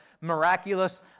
miraculous